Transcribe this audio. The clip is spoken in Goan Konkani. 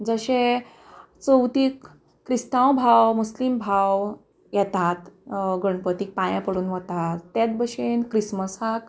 जशे चवथीक क्रिस्तांव भाव मुस्लीम भाव येतात गणपतीक पांये पडून वतात तेत भशेन क्रिस्मसाक